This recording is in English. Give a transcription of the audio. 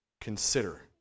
consider